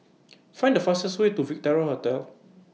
Find The fastest Way to Victoria Hotel